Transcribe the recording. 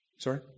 Sorry